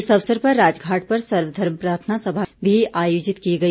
इस अवसर पर राजघाट पर सर्वधर्म प्रार्थना सभा भी आयोजित की गई